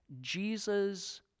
Jesus